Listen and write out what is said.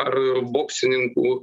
ar boksininkų